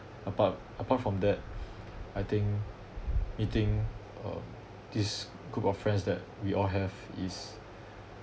apart apart from that I think meeting uh this group of friends that we all have is